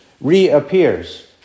reappears